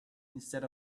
instead